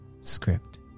script